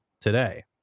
today